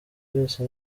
byose